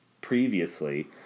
previously